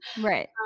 right